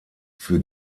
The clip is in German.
für